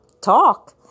talk